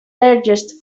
largest